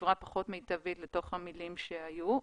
בצורה פחות מיטבית לתוך המילים שהיו.